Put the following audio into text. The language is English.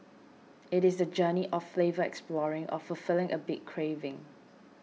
it is the journey of flavour exploring or fulfilling a big craving